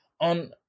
on